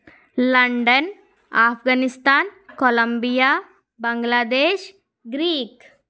London Afghanistan Colombia Bangladesh Greek